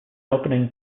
opening